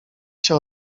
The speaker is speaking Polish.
się